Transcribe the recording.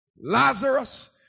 Lazarus